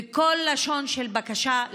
בכל לשון של בקשה,